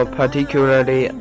particularly